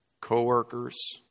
co-workers